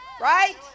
right